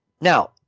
Now